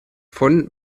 von